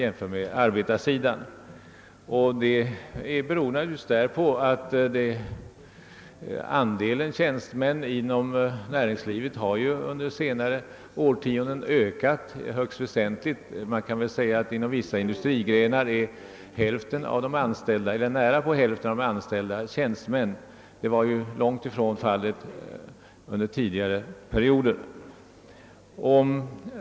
Detta beror naturligtvis därpå att andelen tjänstemän inom näringslivet under senare årtionde har ökat högst väsentligt. Man kan säga att inom vissa industrigrenar är hälften eller nästan hälften av de anställda tjänstemän. Detta var långt ifrån fallet under tidigare perioder.